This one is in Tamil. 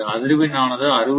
அதிர்வெண் ஆனது 60